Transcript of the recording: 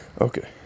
okay